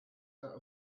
that